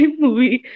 movie